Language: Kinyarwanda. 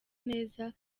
neza